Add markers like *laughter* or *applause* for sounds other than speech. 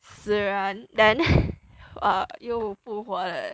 死人 then *laughs* ah 又复活了